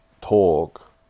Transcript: talk